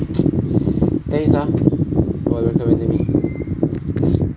ya thanks ah for recommending me